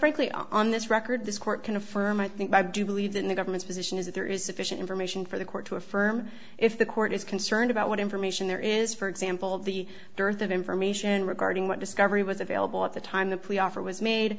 frankly are on this record this court can affirm i think i do believe that the government's position is that there is sufficient information for the court to affirm if the court is concerned about what information there is for example the dearth of information regarding what discovery was available at the time the plea offer was made